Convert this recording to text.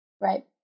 right